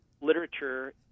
literature